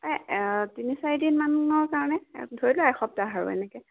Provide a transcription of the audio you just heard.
তিনি চাৰিদিন মানৰ কাৰণে ধৰি লোৱা এসপ্তাহ আৰু এনেকৈ